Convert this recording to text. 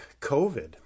COVID